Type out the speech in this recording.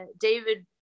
David